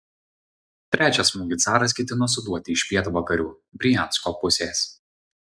trečią smūgį caras ketino suduoti iš pietvakarių briansko pusės